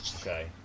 okay